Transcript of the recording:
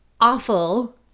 awful